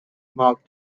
mark